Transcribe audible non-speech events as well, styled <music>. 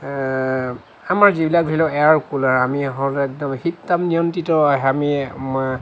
আমাৰ যিবিলাক ধৰি লওক এয়াৰ কুলাৰ আমি ঘৰতে একদম শীত তাপ নিয়ন্ত্ৰিত <unintelligible> আমি <unintelligible>